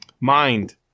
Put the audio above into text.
mind